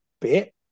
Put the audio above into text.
bit